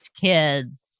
kids